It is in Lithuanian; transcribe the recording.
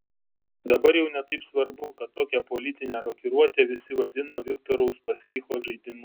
dabar jau ne taip svarbu kad tokią politinę rokiruotę visi vadino viktoro uspaskicho žaidimu